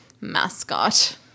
mascot